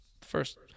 first